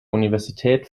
universität